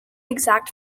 exact